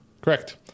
Correct